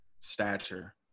stature